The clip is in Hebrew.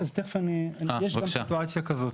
יש גם סיטואציה כזו.